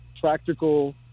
practical